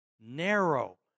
narrow